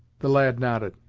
the lad nodded,